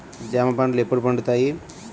జామ పండ్లు ఎప్పుడు పండుతాయి?